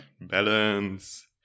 balance